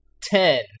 Ten